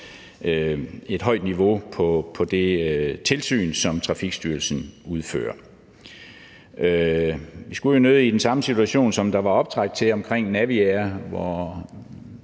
et højt niveau for det tilsyn, som Trafikstyrelsen udfører? Vi skulle jo nødig komme i den samme situation, som der var optræk til omkring Naviair, hvor